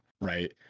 right